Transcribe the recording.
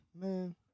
Man